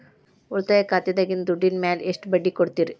ಉಳಿತಾಯ ಖಾತೆದಾಗಿನ ದುಡ್ಡಿನ ಮ್ಯಾಲೆ ಎಷ್ಟ ಬಡ್ಡಿ ಕೊಡ್ತಿರಿ?